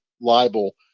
libel